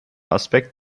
aspekt